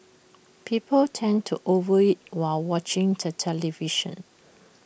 people tend to over eat while watching the television